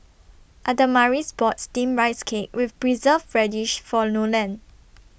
Adamaris bought Steamed Rice Cake with Preserved Radish For Nolen